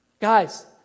Guys